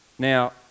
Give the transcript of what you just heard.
Now